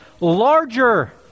larger